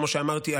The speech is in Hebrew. כמו שאמרתי,